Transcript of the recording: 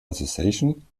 association